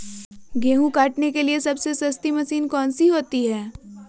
गेंहू काटने के लिए सबसे सस्ती मशीन कौन सी होती है?